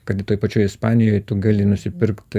kad i toj pačioj ispanijoj tu gali nusipirkt